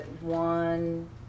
one